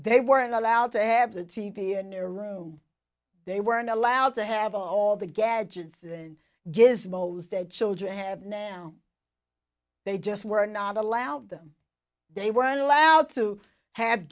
they weren't allowed to have the t v a new room they weren't allowed to have all the gadgets and gizmos that children have now they just were not allowed them they weren't allowed to have